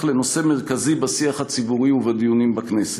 לנושא מרכזי בשיח הציבורי ובדיונים בכנסת.